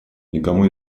никому